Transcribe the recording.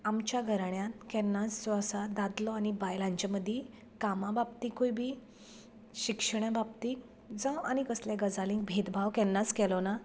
आमच्या घराण्यांत केन्नाच जो आसा दादलो आनी बायल हांच्या मदीं कामा बाबतींतूय बी शिक्षणा बाबतीक जावं आनी कसल्या गजालीन भेदभाव केन्नाच केलो ना